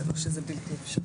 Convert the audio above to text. זה לא שזה בלתי אפשרי.